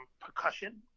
percussion